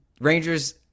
Rangers